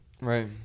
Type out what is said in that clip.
Right